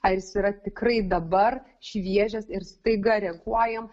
ar jis yra tikrai dabar šviežias ir staiga reaguojam